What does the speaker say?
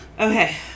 Okay